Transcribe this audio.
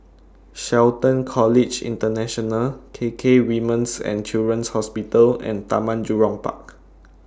Shelton College International K K Women's and Children's Hospital and Taman Jurong Park